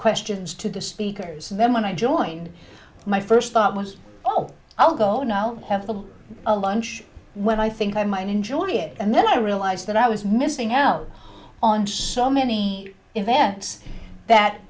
questions to the speakers then when i joined my first thought was oh i'll go now have a lunch when i think i might enjoy it and then i realized that i was missing out on so many events that